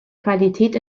qualität